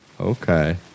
Okay